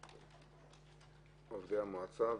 הם עובדי המועצה.